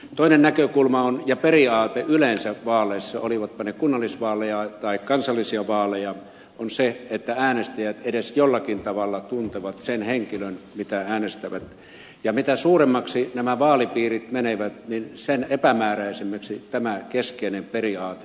toinen näkökulma ja periaate yleensä vaaleissa olivatpa ne kunnallisvaaleja tai kansallisia vaaleja on se että äänestäjät edes jollakin tavalla tuntevat sen henkilön jota äänestävät ja mitä suuremmaksi nämä vaalipiirit menevät niin sen epämääräisemmäksi tämä keskeinen periaate tulee